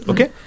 Okay